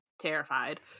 Terrified